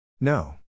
No